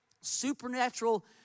supernatural